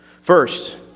First